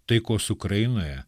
taikos ukrainoje